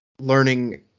learning